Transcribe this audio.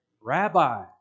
Rabbi